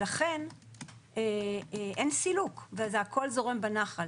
ולכן אין סילוק וזה הכל זורם בנחל,